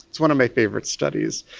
it's one of my favourite studies.